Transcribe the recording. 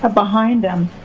ah behind them.